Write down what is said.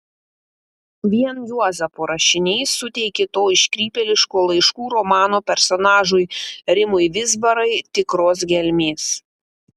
vien juozapo rašiniai suteikė to iškrypėliško laiškų romano personažui rimui vizbarai tikros gelmės